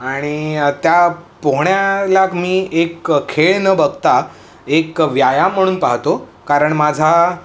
आणि त्या पोहण्याला मी एक खेळ न बघता एक व्यायाम म्हणून पाहतो कारण माझा